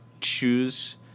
choose